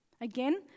Again